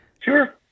Sure